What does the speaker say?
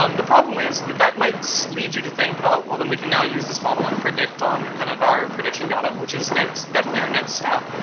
um the problem is that that might so lead you to think, oh, well then we can now use this model and predict on kind of our prediction data, which is definitely our next step.